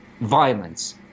violence